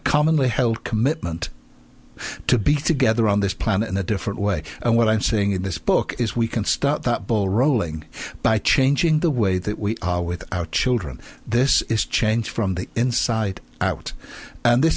commonly held commitment to be together on this planet in a different way and what i'm saying in this book is we can start that ball rolling by changing the way that we are with our children this is change from the inside out and this